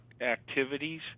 activities